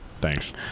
Thanks